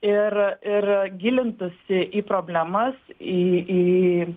ir ir gilintųsi į problemas į į